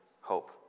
hope